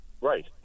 Right